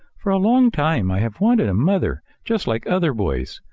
for a long time i have wanted a mother, just like other boys.